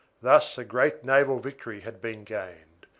thus a great naval victory had been gained,